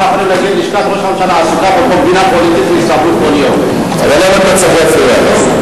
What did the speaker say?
אנחנו יכולים להגיד, אבל למה אתה צריך להפריע לי?